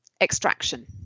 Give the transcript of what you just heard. Extraction